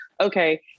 okay